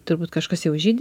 turbūt kažkas jau žydi